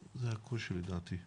בבקשה.